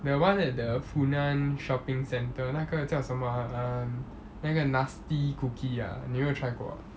the one at the funan shopping centre 那个叫什么啊 err um 那个 nasty cookie ah 你有没有 try 过